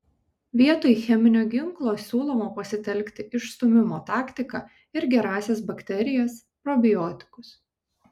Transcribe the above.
vietoj cheminio ginklo siūloma pasitelkti išstūmimo taktiką ir gerąsias bakterijas probiotikus